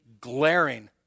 glaring